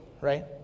right